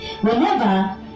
whenever